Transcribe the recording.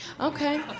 okay